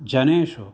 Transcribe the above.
जनेषु